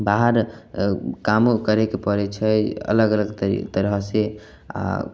बाहर कामो करैके पड़ैत छै अलग अलग तरह से आ